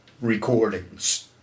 recordings